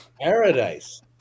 paradise